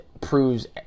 proves